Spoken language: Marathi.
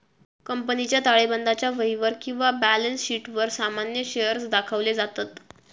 कंपनीच्या ताळेबंदाच्या वहीवर किंवा बॅलन्स शीटवर सामान्य शेअर्स दाखवले जातत